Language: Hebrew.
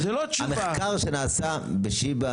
המחקר שנעשה בשיבא,